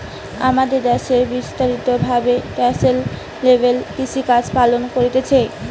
আমাদের দ্যাশে বিস্তারিত ভাবে সাস্টেইনেবল কৃষিকাজ পালন করতিছে